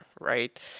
right